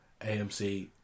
AMC